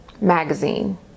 magazine